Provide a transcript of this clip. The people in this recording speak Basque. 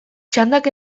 txandak